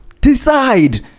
Decide